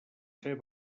ser